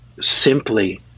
simply